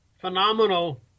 phenomenal